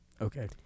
Okay